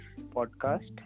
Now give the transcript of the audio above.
podcast